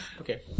Okay